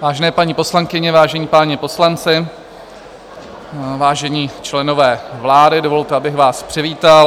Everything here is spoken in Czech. Vážené paní poslankyně, vážení páni poslanci, vážení členové vlády, dovolte, abych vás přivítal.